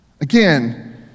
Again